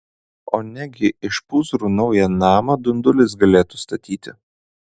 o negi iš pūzrų naują namą dundulis galėtų statyti